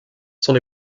son